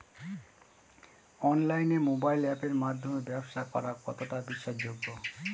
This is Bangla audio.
অনলাইনে মোবাইল আপের মাধ্যমে ব্যাবসা করা কতটা বিশ্বাসযোগ্য?